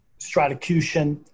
Stratocution